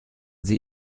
sie